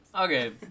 Okay